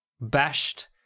bashed